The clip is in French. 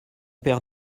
perd